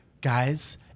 guys